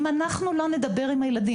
אם אנחנו לא נדבר עם הילדים,